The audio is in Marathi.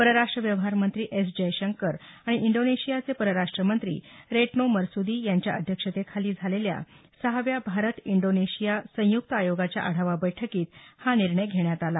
परराष्ट्र व्यवहार मंत्री एस जयशंकर आणि इंडोनेशियाचे परराष्ट्र मंत्री रेट्नो मरसुदी यांच्या अध्यक्षतेखाली झालेल्या सहाव्या भारत इंडोनेशिया संयुक्त आयोगच्या आढावा बैठकीत हा निर्णय घेण्यात आला